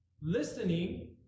Listening